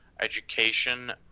education